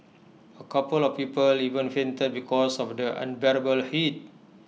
A couple of people even fainted because of the unbearable heat